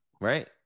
Right